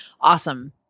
Awesome